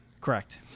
Correct